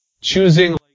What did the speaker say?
choosing